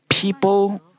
People